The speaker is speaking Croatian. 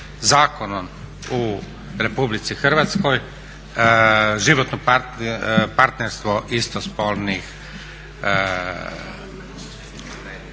zakonom u Republici Hrvatskoj, životno partnerstvo istospolnih